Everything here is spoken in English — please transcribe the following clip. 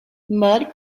mud